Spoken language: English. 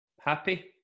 happy